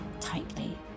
tightly